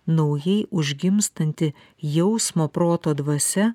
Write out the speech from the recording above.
naujai užgimstanti jausmo proto dvasia